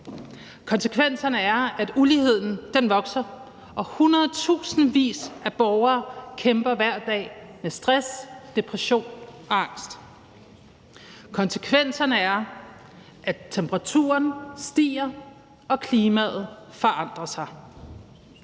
Konsekvenserne er, at uligheden vokser, og hundredtusindvis af borgere kæmper hver dag med stress, depression og angst. Konsekvenserne er, at temperaturen stiger og klimaet forandrer sig.